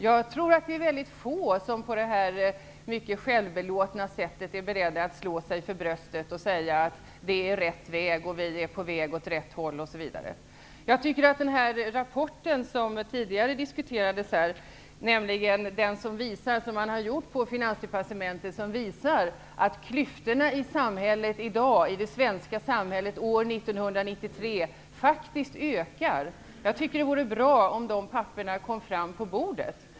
Jag tror att det är ytterst få som på statsministerns mycket självbelåtna sätt är beredda att slå sig för bröstet och säga att det är rätt väg, att vi är på väg åt rätt håll, osv. Det vore bra om den rapport kom fram som tidigare diskuterades här, nämligen den som man har gjort i Finansdepartementet och som visar att klyftorna i det svenska samhället år 1993 faktiskt ökar. Jag tycker att det vore bra om de papperna kom fram på bordet.